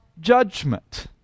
judgment